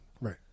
Right